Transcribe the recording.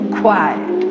quiet